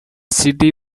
city